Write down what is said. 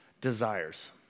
desires